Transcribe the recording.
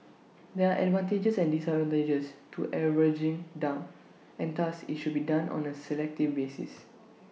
there are advantages and disadvantages to averaging down and thus IT should be done on A selective basis